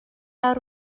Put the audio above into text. awr